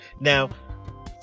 Now